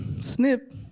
snip